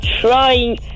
trying